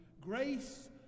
Grace